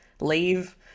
leave